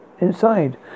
inside